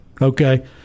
okay